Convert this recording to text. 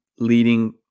leading